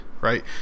right